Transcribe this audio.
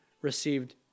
received